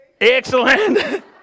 excellent